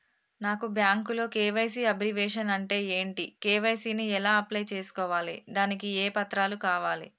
నాకు బ్యాంకులో KYC abbreviation అంటే ఏంటి కే.వై.సీ ని ఎలా అప్లై చేసుకోవాలి దానికి ఏ పత్రాలు కావాలి?